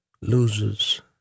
losers